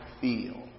feel